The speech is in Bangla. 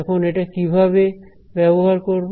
এখন এটা কিভাবে ব্যবহার করব